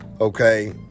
Okay